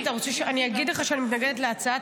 אתה רוצה שאני אגיד לך שאני מתנגדת להצעת